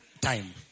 Time